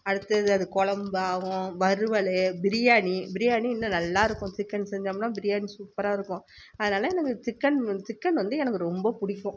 அடுத்தது அது குழம்பாவும் வறுவல் பிரியாணி பிரியாணி இன்னும் நல்லா இருக்கும் சிக்கன் செஞ்சோம்னா பிரியாணி சூப்பராக இருக்கும் அதனால் எனக்கு சிக்கன் சிக்கன் வந்து எனக்கு ரொம்ப பிடிக்கும்